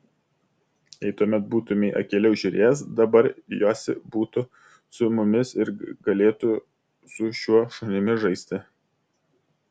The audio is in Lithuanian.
jei tuomet būtumei akyliau žiūrėjęs dabar josi būtų su mumis ir galėtų su šiuo šunimi žaisti